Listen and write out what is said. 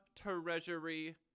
Treasury